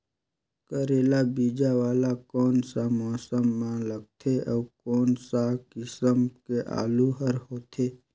करेला बीजा वाला कोन सा मौसम म लगथे अउ कोन सा किसम के आलू हर होथे?